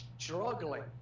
Struggling